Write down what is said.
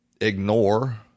ignore